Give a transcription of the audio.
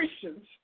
Christians